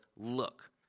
look